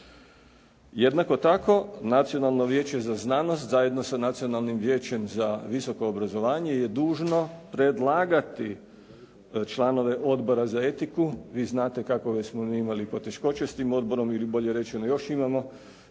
Jednako tako Nacionalno vijeće za znanost zajedno sa Nacionalnim vijećem za visoko obrazovanje je dužno predlagati članove Odbora za etiku. Vi znate kakove smo mi imali poteškoće s tim odborom ili bolje rečeno još imamo